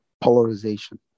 polarization